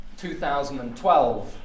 2012